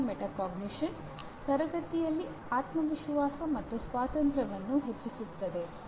ಸೂಚನಾ ಮೆಟಾಕಾಗ್ನಿಷನ್ ತರಗತಿಯಲ್ಲಿ ಆತ್ಮವಿಶ್ವಾಸ ಮತ್ತು ಸ್ವಾತಂತ್ರ್ಯವನ್ನು ಹೆಚ್ಚಿಸುತ್ತದೆ